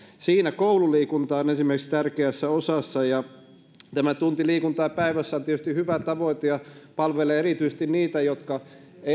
siinä esimerkiksi koululiikunta on tärkeässä osassa tämä tunti liikuntaa päivässä on tietysti hyvä tavoite ja palvelee erityisesti niitä jotka